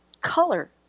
color